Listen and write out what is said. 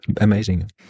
amazing